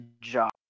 job